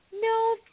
No